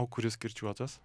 o kuris kirčiuotas